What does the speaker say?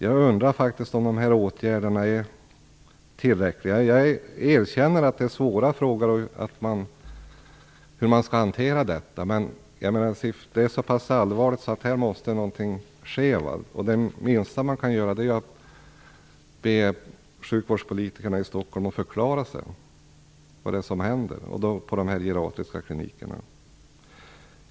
Jag undrar faktiskt om de nämnda åtgärderna är tillräckliga. Jag erkänner att det är svårt att hantera dessa frågor. Men situationen är så pass allvarlig att någonting måste ske. Det minsta man kan göra är att be sjukvårdspolitikerna i Stockholms län att förklara vad det är som händer vid de geriatriska klinikerna.